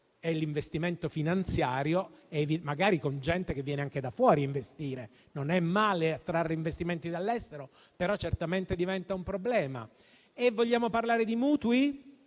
è un investimento finanziario, magari con gente che viene anche da fuori ad investire. Non è male attrarre investimenti dall'estero, però certamente diventa un problema. Vogliamo parlare di mutui?